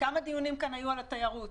כמה דיונים כאן היו על התיירות?